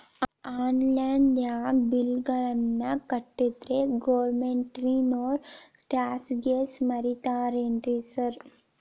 Online ದಾಗ bill ಗಳನ್ನಾ ಕಟ್ಟದ್ರೆ ಗೋರ್ಮೆಂಟಿನೋರ್ ಟ್ಯಾಕ್ಸ್ ಗೇಸ್ ಮುರೇತಾರೆನ್ರಿ ಸಾರ್?